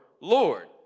Lord